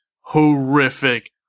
horrific